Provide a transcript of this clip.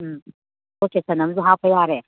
ꯎꯝ ꯑꯃꯁꯨ ꯍꯥꯞꯄ ꯌꯥꯔꯦ